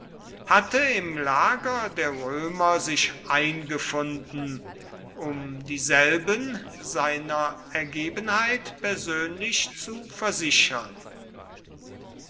hatte im lager der römer sich eingefunden um dieselben seiner ergebenheit persönlich zu versichern